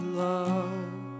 love